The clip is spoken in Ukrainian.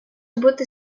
бути